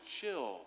chill